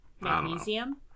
magnesium